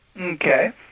Okay